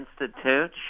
Institute